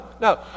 No